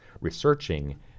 researching